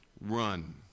Run